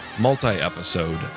multi-episode